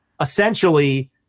essentially